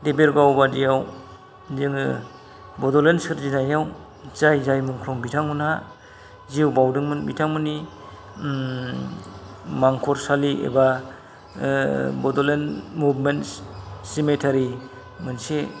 देबोरगाव बायदियाव जोङो बड'लेण्ड सोरजिनायाव जाय जाय मुंख्लं बिथांमोनहा जिउ बावदोंमोन बिथांमोननि मांखरसालि एबा बड'लेण्ड मुबमेन्टस सिमेटारि मोनसे